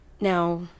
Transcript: now